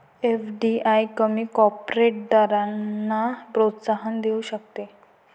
FDI कमी corporate दरांना प्रोत्साहन देऊ शकते